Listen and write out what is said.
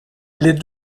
les